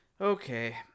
okay